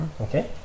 okay